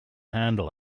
handle